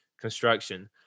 construction